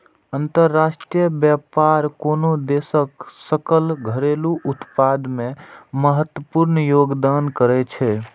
अंतरराष्ट्रीय व्यापार कोनो देशक सकल घरेलू उत्पाद मे महत्वपूर्ण योगदान करै छै